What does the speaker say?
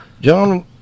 John